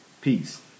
Peace